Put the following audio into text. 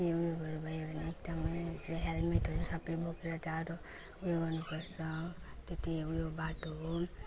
केही ऊ योहरू भयो भने एकदमै हेल्मेटहरू सबै बोकेर टाढो ऊ यो गर्नु पर्छ त्यति ऊ यो बाटो हो